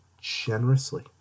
generously